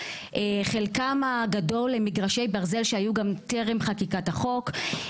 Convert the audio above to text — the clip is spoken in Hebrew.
חלקם הגדול הם מגרשי ברזל שהיו גם טרם חקיקת החוק.